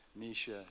Nisha